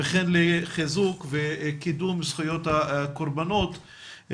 וכן לחיזוק וקידום זכויות הקרבנות.